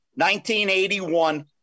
1981